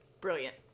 Brilliant